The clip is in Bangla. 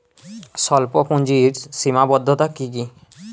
স্বল্পপুঁজির সীমাবদ্ধতা কী কী?